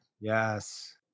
Yes